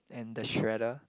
and the shredder